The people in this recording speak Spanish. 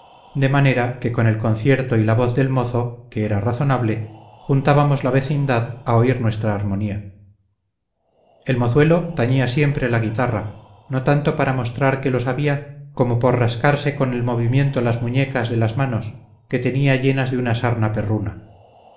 de manera que con el concierto y la voz del mozo que era razonable juntábamos la vecindad a oír nuestra armonía el mozuelo tañía siempre la guitarra no tanto para mostrar que lo sabía como por rascarse con el movimiento las muñecas de las manos que tenía llenas de una sarna perruna